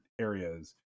areas